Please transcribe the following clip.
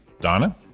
Donna